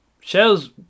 Shell's